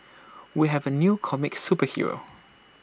we have A new comic superhero